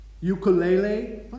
Ukulele